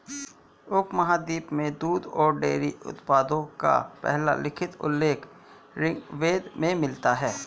उपमहाद्वीप में दूध और डेयरी उत्पादों का पहला लिखित उल्लेख ऋग्वेद में मिलता है